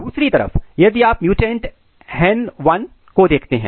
दूसरी तरफ यदि आप म्युटेंट हैंन वन1 को देखते हैं